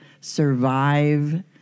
survive